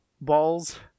balls